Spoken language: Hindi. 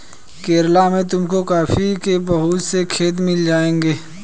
केरला में तुमको कॉफी के बहुत से खेत मिल जाएंगे